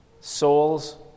soul's